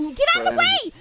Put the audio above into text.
get out of the way!